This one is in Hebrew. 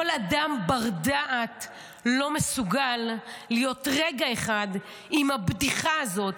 כל אדם בר-דעת לא מסוגל להיות רגע אחד עם הבדיחה הזאת,